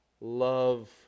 love